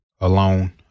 alone